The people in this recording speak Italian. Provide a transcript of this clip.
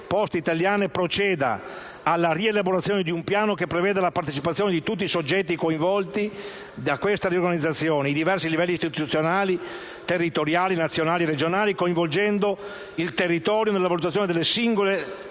Poste italiane SpA proceda all'elaborazione di un Piano che preveda la partecipazione di tutti i soggetti coinvolti dalla riorganizzazione, i diversi livelli istituzionali, nazionali e regionali, coinvolgendo le realtà territoriali nella valutazione delle situazioni